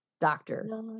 doctor